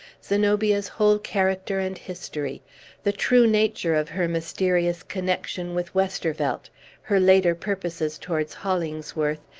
zenobia's whole character and history the true nature of her mysterious connection with westervelt her later purposes towards hollingsworth,